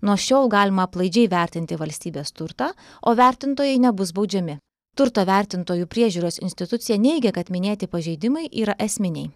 nuo šiol galima aplaidžiai vertinti valstybės turtą o vertintojai nebus baudžiami turto vertintojų priežiūros institucija neigia kad minėti pažeidimai yra esminiai